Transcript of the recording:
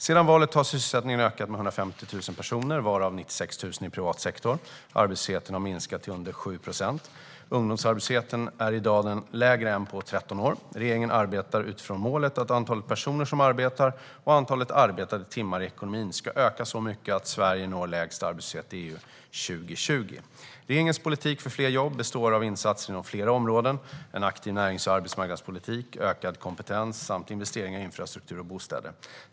Sedan valet har sysselsättningen ökat med 150 000 personer, varav 96 000 i privat sektor, och arbetslösheten har minskat till under 7 procent. Ungdomsarbetslösheten är i dag lägre än på 13 år. Regeringen arbetar utifrån målet att antalet personer som arbetar och antalet arbetade timmar i ekonomin ska öka så mycket att Sverige når lägst arbetslöshet i EU 2020. Regeringens politik för fler jobb består av insatser inom flera områden, en aktiv närings och arbetsmarknadspolitik, ökad kompetens samt investeringar i infrastruktur och bostäder.